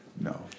no